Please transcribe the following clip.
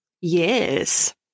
Yes